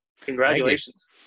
Congratulations